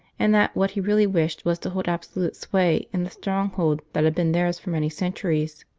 and that what he really wished was to hold absolute sway in the stronghold that had been theirs for many centuries.